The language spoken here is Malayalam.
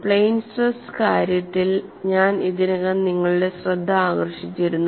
പ്ലെയ്ൻ സ്ട്രെസ് കാര്യത്തിൽ ഞാൻ ഇതിനകം നിങ്ങളുടെ ശ്രദ്ധ ആകർഷിച്ചിരുന്നു